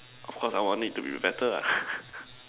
of course I would want it to be better ah